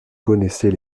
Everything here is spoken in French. connaissez